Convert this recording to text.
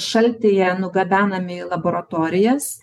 šaltyje nugabenami į laboratorijas